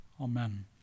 Amen